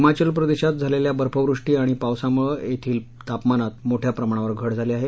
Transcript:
हिमाचल प्रदेशात झालेल्या बर्फवृष्टी आणि पावसामुळे येथील तापमानात मोठ्या प्रमाणावर घट झाली आहे